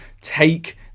take